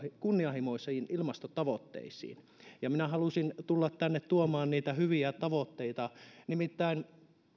kunnianhimoisiin ilmastotavoitteisiin ja minä halusin tulla tänne tuomaan niitä hyviä tavoitteita nimittäin